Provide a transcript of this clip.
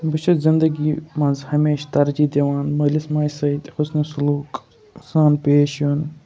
بہٕ چھُس زندگی منٛز ہمیشہ ترجیٖح دِوان مٲلِس ماجہِ سۭتۍ حُسنہِ سلوٗک سان پیش یُن